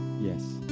yes